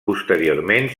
posteriorment